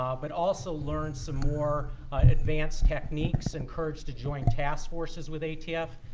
ah but also learn some more advanced techniques, encouraged to join task forces with atf.